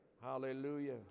Hallelujah